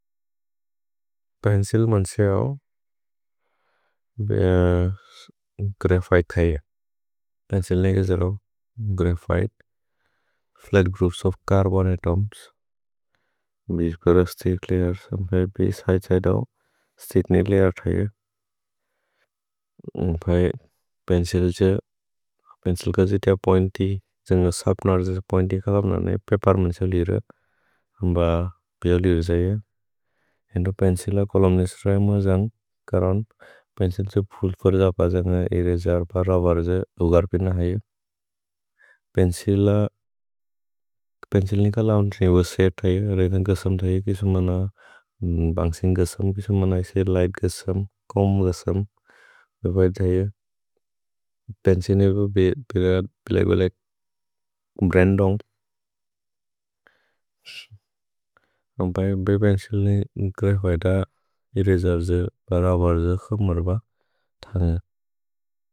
Pencil मन्से आओ, बेअ ग्रफिते थैअ। पेन्चिल् नेके जरो, graphite, flat groups of carbon atoms. भिश्कुर स्तिक् लयर्, बेअ सिदे सिदे आओ, स्तिक्ने लयर् थैअ। पेन्चिल् क जितिय पोइन्ति, जन्ग सप्नार् जितिय पोइन्ति। कपम् नाने, पेपर् मन्से लिर, अम्ब बेअ लिर थैअ। हेन्दो पेन्चिल् ल कोलोम् नेसित् रएम जन्ग् करन्। पेन्चिल् से फुल् फुर् जओ प, जन्ग एरसेर् प। रवार् से उगर्पिन हैओ। पेन्चिल् नेक लौ निसिनि, बेअ सिदे थैअ। रैतन् कसम् थैअ। किसुम् मन बन्सिन् कसम्। किसुम् मन इसि लिघ्त् कसम्। कोम् कसम्, बेबैथ् थैअ। पेन्चिल् नेबेअ बेअ बिलग् बिलग्, ब्रन्दोन्ग्। अम्ब बेअ पेन्चिल् ने ग्रफिते थ। एरसेर् जे, रावार् जे, खुब् मर्ब, थनिय।